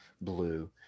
blue